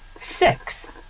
six